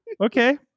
Okay